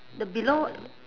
the below